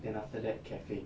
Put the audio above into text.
then after that cafe